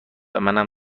منم